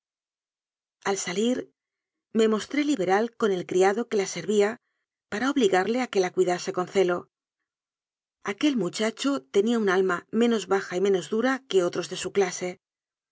al salir me mostré liberal el criado que con la servía para obligarle a que la cuidase con celo aquel muchacho tenia un alma menos baja y menos dura que otros de su clase